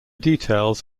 details